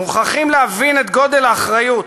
מוכרחים להבין את גודל האחריות